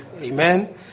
Amen